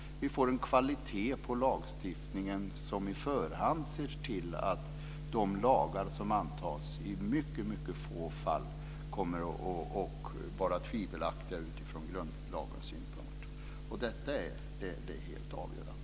Vi får en kvalitet på lagstiftningen som i förhand ser till att de lagar som antas i mycket få fall kommer att vara tvivelaktiga från grundlagssynpunkt. Detta är helt avgörande.